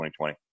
2020